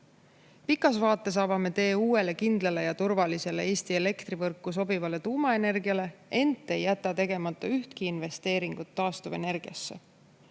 Pikas vaates avame tee uuele, kindlale ja turvalisele Eesti elektrivõrku sobivale tuumaenergiale, ent ei jäta tegemata ühtki investeeringut taastuvenergiasse.